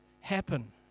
happen